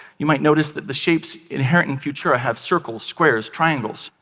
you might notice that the shapes inherent in futura have circles, squares, triangles.